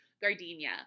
Gardenia